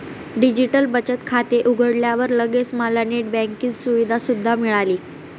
digital बचत खाते उघडल्यावर लगेच मला नेट बँकिंग सुविधा सुद्धा मिळाली